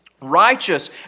righteous